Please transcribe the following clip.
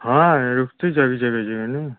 हाँ रुकती जाएगी जगह जगह न